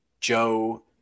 Joe